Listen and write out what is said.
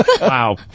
Wow